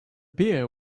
beer